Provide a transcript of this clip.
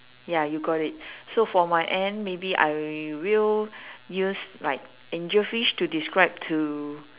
ya you got it so for my end maybe I will use like angelfish to describe to